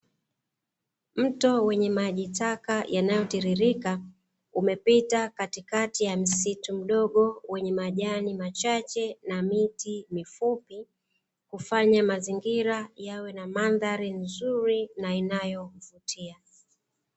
Mto wenye maji taka yanayotiririka umepita katikati ya msitu mdogo wenye majani machache na miti mifupi, hufanya mazingira yawe na mandhari nzuri na inayovutia.